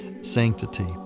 sanctity